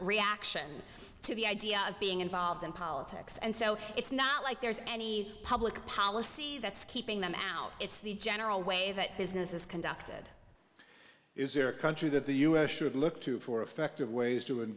reaction to the idea of being involved in politics and so it's not like there's any public policy that's keeping them out it's the general way that business is conducted is there a country that the u s should look to for effective ways to